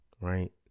Right